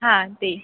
हां ते